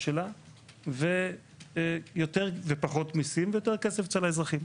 שלה ופחות מיסים ויותר כסף אצל האזרחים.